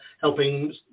helping